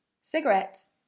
cigarettes